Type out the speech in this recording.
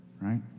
Right